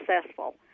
successful